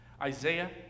Isaiah